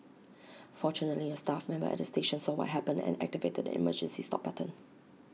fortunately A staff member at the station saw what happened and activated the emergency stop button